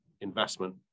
investment